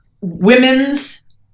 women's